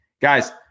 Guys